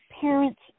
parents